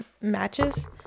matches